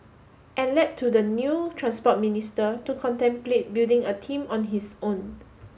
and led to the new Transport Minister to contemplate building a team on his own